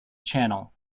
channel